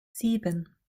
sieben